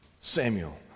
Samuel